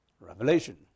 revelation